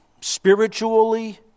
spiritually